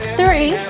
three